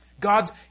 God's